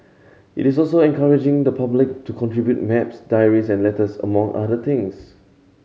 it is also encouraging the public to contribute maps diaries and letters among other things